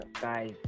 guys